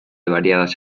variadas